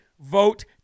vote